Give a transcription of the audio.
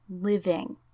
living